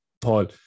Paul